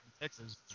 Texas